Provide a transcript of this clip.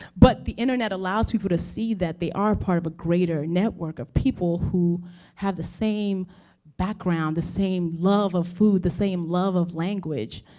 but the internet allows people to see that they are part of a greater network of people who have the same background, the same love of food, the same love of language.